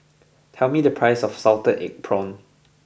tell me the price of Salted Egg Prawns